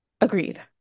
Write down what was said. Agreed